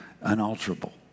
unalterable